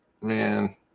man